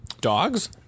Dogs